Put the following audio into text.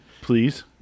Please